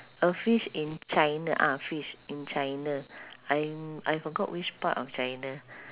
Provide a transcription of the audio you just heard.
a fish in china ah fish in china I'm I forgot which part of china